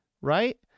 right